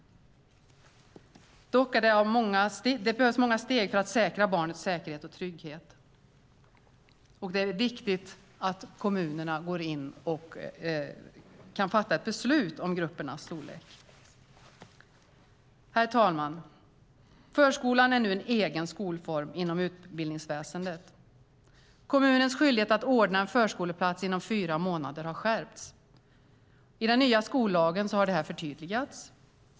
Dock behövs det många steg för att säkra barnets säkerhet och trygghet, och det är viktigt att kommunerna kan fatta beslut om gruppernas storlek. Herr talman! Förskolan är nu egen skolform inom utbildningsväsendet. Kommunens skyldighet att ordna en förskoleplats inom fyra månader har skärpts. I den nya skollagen har detta förtydligats.